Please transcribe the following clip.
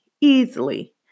easily